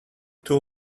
too